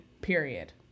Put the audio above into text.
period